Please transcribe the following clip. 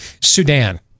Sudan